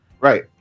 right